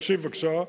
תקשיב בבקשה,